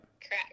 Correct